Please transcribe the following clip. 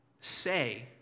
say